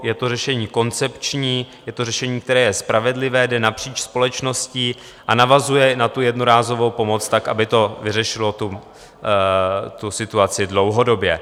Je to řešení koncepční, je to řešení, které je spravedlivé, jde napříč společností a navazuje na jednorázovou pomoc tak, aby to vyřešilo situaci dlouhodobě.